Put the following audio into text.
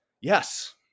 yes